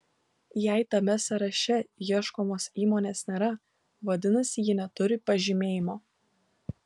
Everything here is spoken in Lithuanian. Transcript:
jei tame sąraše ieškomos įmonės nėra vadinasi ji neturi pažymėjimo